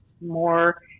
More